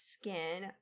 skin